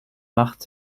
macht